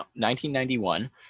1991